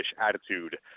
attitude